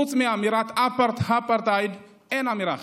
חוץ מהאמירה "אפרטהייד" אין אמירה אחרת.